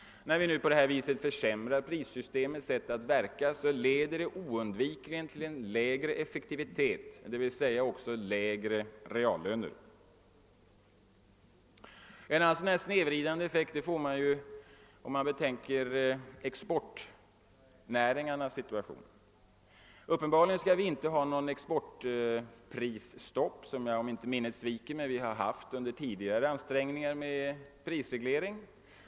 När vi försämrar prissystemets möjligheter att verka leder det oundvikligen till lägre effektivitet och därmed också till lägre reallöner. Det kan också uppstå en snedvridande effekt för exportnäringarna. Vi skall uppenbarligen inte ha något exportprisstopp, som vi haft tidigare vid våra ansträngningar med prisreglering, om jag inte missminner mig.